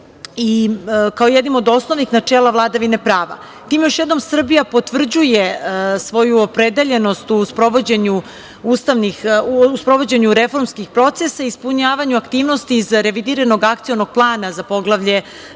kao jednim od osnovnih načela vladavine prava. Time još jednom Srbija potvrđuje svoju opredeljenost u sprovođenju reformskih procesa i ispunjavanju aktivnosti za revidiranog akcionog plana za Poglavlje